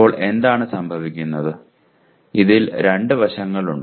ഇപ്പോൾ എന്താണ് സംഭവിക്കുന്നത് ഇതിൽ രണ്ട് വശങ്ങളുണ്ട്